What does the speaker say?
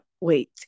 Wait